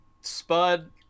Spud